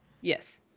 Yes